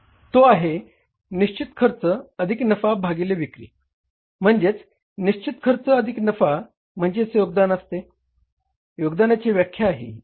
तो आहे निश्चित खर्च अधिक नफा भागिले विक्री म्हणजेच निश्चित खर्च अधिक नफा म्हणजे योगदान असते ही योगदानाची व्याख्या आहे